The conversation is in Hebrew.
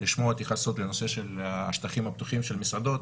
לשמוע התייחסות לנושא של השטחים הפתוחים במסעדות,